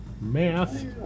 Math